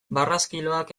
barraskiloak